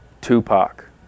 Tupac